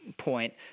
point